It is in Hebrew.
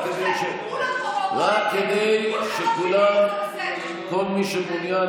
כולכם, כולם פה באותו